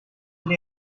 been